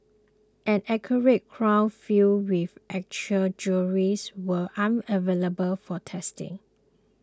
an actual crown filled with actual jewels were unavailable for testing